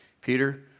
Peter